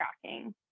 tracking